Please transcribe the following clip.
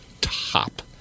top